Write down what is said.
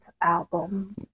album